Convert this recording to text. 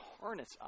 harness